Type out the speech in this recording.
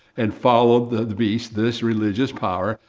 and followed the beast. this religious power.